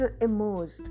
emerged